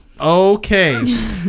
Okay